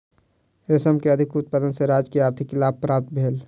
रेशम के अधिक उत्पादन सॅ राज्य के आर्थिक लाभ प्राप्त भेल